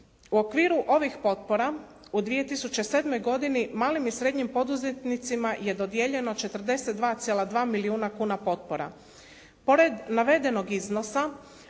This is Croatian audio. U okviru ovih potpora u 2007. godini malim i srednjim poduzetnicima je dodijeljeno 42,2 milijuna kuna potpora.